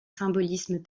symbolisme